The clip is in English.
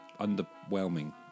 underwhelming